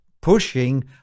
pushing